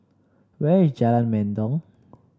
where is Jalan Mendong